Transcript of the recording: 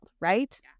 right